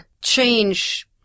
change